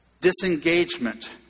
disengagement